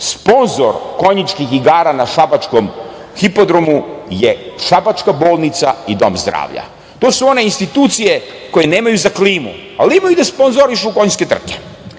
sponzor konjičkih igara na šabačkom hipodromu je šabačka bolnica i dom zdravlja. To su one institucije koje nemaju za klimu, ali imaju da sponzorišu konjske trke.